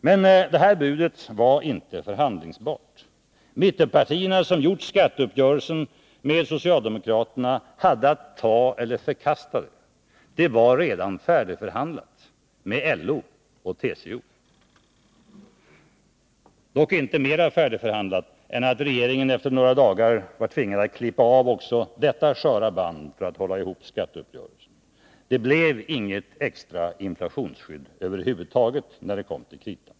Men det här budet var inte förhandlingsbart. Mittenpartierna, som man träffat skatteuppgörelsen med, hade att ta eller förkasta det. Det var redan färdigförhandlat — med LO och TCO, dock inte mera färdigförhandlat än att regeringen efter några dagar var tvingad att klippa av också detta sköra band för att hålla ihop skatteuppgörelsen. Det blev inget extra inflationsskydd över huvud taget när det kom till kritan.